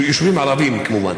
יישובים ערביים, כמובן.